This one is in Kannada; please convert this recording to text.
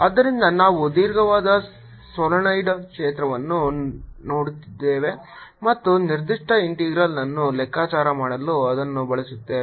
ಆದ್ದರಿಂದ ನಾವು ದೀರ್ಘವಾದ ಸೊಲೀನಾಯ್ಡ್ ಕ್ಷೇತ್ರವನ್ನು ನೋಡುತ್ತಿದ್ದೇವೆ ಮತ್ತು ನಿರ್ದಿಷ್ಟ ಇಂಟೆಗ್ರಲ್ ಅನ್ನು ಲೆಕ್ಕಾಚಾರ ಮಾಡಲು ಅದನ್ನು ಬಳಸುತ್ತೇವೆ